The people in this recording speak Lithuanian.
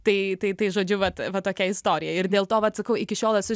tai tai tai žodžiu vat va tokia istorija ir dėl to vat sakau iki šiol esu